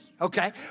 okay